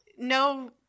no